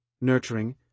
nurturing